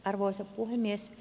arvoisa puhemies